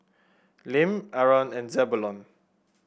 Lim Aron and Zebulon